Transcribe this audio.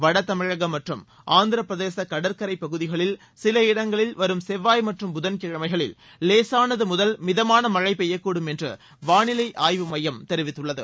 வட தமிழகம் மற்றும் ஆந்திர பிரதேச கடற்கரை பகுதிகளில் சில இடங்களில் வரும் செவ்வாய் மற்றும் புதன் கிழமைகளில் லேசானதுமுதல் மிதமான மழை பெய்யக்கூடும் என்று வாளிலை ஆய்வும் தெரிவித்துள்ளது